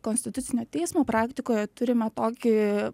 konstitucinio teismo praktikoje turime tokį